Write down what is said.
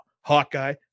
Hawkeye